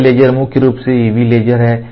यह लेजर मुख्य रूप से UV लेजर है